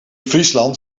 friesland